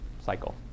cycle